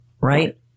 right